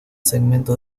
segmento